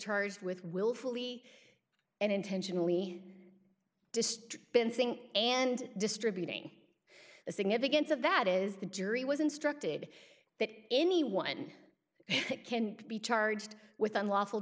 charged with willfully and intentionally dystrophin think and distributing the significance of that is the jury was instructed that anyone can be charged with unlawful